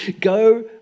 Go